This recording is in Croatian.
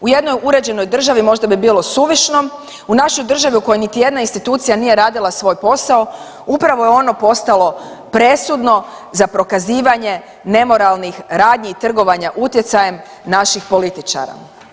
U jednoj uređenoj državi možda bi bilo suvišno, u našoj državi u kojoj niti jedna institucija nije radila svoj posao upravo je ono postalo presudno za prokazivanje nemoralnih radnji i trgovanja utjecajem naših političara.